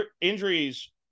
injuries